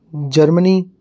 Germany